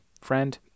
friend